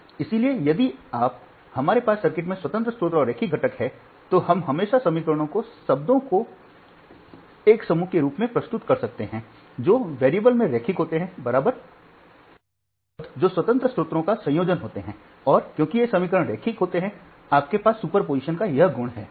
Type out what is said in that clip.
इसलिए यदि हमारे पास सर्किट में स्वतंत्र स्रोत और रैखिक घटक हैं तो हम हमेशा समीकरणों को शब्दों के एक समूह के रूप में प्रस्तुत कर सकते हैं जो चर में रैखिक होते हैं कुछ शब्द जो स्वतंत्र स्रोतों का संयोजन होते हैं और क्योंकि ये समीकरण रैखिक होते हैं आपके पास सुपरपोजिशन का यह गुण है